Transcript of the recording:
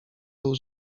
był